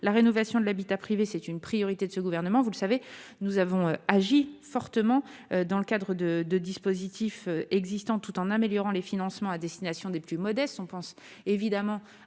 la rénovation de l'habitat privé, c'est une priorité de ce gouvernement, vous le savez, nous avons agi fortement dans le cadre de de dispositifs existants, tout en améliorant les financements à destination des plus modestes,